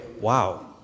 wow